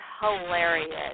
hilarious